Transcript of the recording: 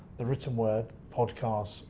the written word, podcast,